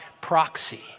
proxy